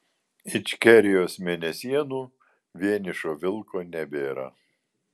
ičkerijos mėnesienų vienišo vilko nebėra